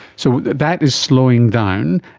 so that is slowing down.